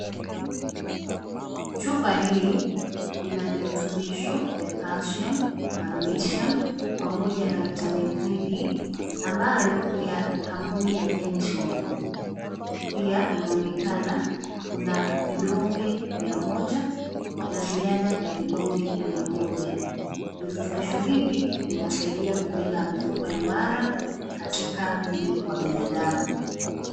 Chupa hii, ina virutubisho vya Calcium, Magnesium pamoja na Vitamini three D, ambayo ni ya kampuni ya Jamieson. Pia inaonekana, una vidonge mia ya moja, na ziada ya vidonge mia moja. Virutubisho hivi, vinasaidia kujenga mifupa imara, katika mwili wa binadamu.